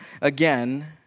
again